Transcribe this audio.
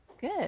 Good